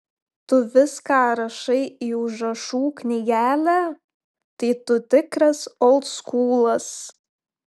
tu viską rašai į užrašų knygelę tai tu tikras oldskūlas